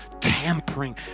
tampering